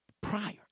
prior